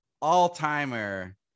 all-timer